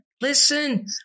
listen